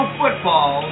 football